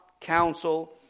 counsel